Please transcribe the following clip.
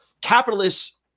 capitalists